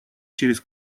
через